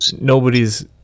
nobody's